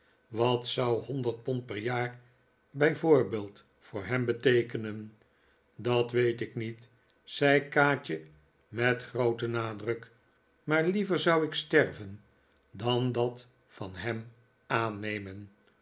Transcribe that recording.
wat zou bonderd pond per jaar bij voorbeeld voor hem beteekenen dat weet ik niet zei kaatje met grooten nadruk maar liever zou ik stefven dan dat van hem aannemen